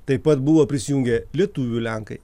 taip pat buvo prisijungę lietuvių lenkai